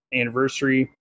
anniversary